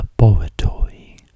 laboratory